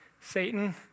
Satan